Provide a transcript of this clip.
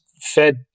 fed